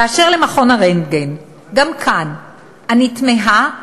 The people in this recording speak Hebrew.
אשר למכון הרנטגן, גם כאן אני תמהה,